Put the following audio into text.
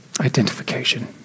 Identification